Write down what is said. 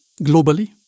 globally